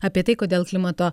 apie tai kodėl klimato